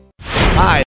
Hi